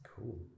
Cool